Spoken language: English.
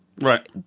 right